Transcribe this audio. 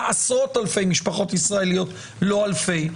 עשרות אלפי משפחות ישראליות אם לא אלפי.